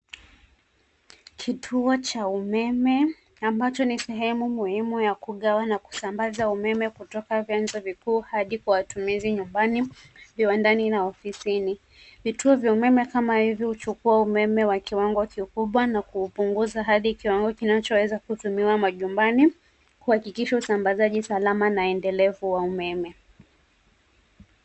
Kituo cha umeme ambayo ni sehemu muhimu ya kugawa na kusambaza umeme kutoka vyanzo vikuu Hadi matumizi nyumbani , viwandani na ofisini. Vituo vya umeme kama hivyo huchukua umeme wa kiwango kikubwa na kupunguza hadi kiwango kinachoweza kutumiwa majumbani , kuhakikisha usambazaji salama na endelevu wa umeme.